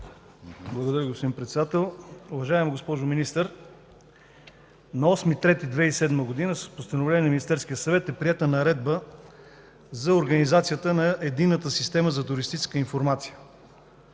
Благодаря Ви, господин Председател. Уважаема госпожо Министър, на 8 март 2007 г. с постановление на Министерския съвет е приета Наредба за организацията на Единната система за туристическа информация.